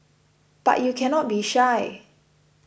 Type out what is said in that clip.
but you cannot be shy